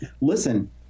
listen